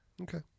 Okay